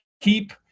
keep